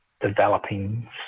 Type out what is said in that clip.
developing